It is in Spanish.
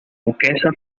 duquesa